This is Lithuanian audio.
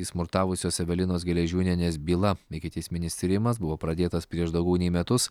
smurtavusios evelinos geležiūnienės byla ikiteisminis tyrimas buvo pradėtas prieš daugiau nei metus